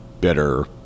better